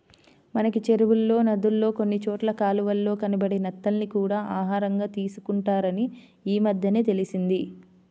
మనకి చెరువుల్లో, నదుల్లో కొన్ని చోట్ల కాలవల్లో కనబడే నత్తల్ని కూడా ఆహారంగా తీసుకుంటారని ఈమద్దెనే తెలిసింది